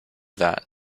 that